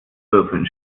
würfeln